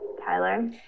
Tyler